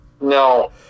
No